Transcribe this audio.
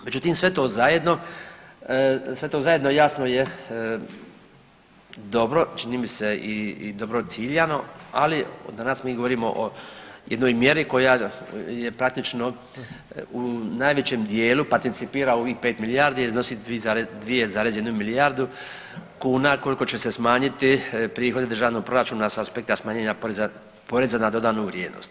Međutim, sve to zajedno, sve to zajedno jasno je dobro čini mi se i dobro ciljano, ali danas mi govorimo o jednoj mjeri koja je praktično u najvećem dijelu participira u ovih 5 milijardi, a iznosi 2,1 milijardu kuna koliko će se smanjiti prihodi državnog proračuna s aspekta smanjenja poreza na dodanu vrijednost.